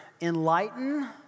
enlighten